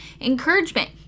encouragement